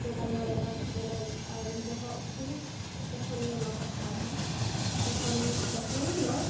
ᱛᱚ ᱵᱟᱞᱮ ᱵᱟᱲᱟᱭ ᱠᱟᱱ ᱛᱟᱦᱮᱸᱱᱟ ᱟᱨ ᱵᱚᱦᱚᱜ ᱠᱚ ᱡᱚᱠᱷᱚᱱ ᱞᱮ ᱞᱚᱦᱚᱫ ᱠᱮᱫᱟ ᱡᱚᱠᱷᱚᱱ ᱛᱚᱠᱷᱚᱱ ᱢᱟ